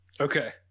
okay